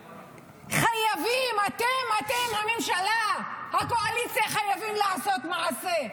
אתם, אתם הממשלה, הקואליציה, חייבים לעשות מעשה.